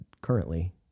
currently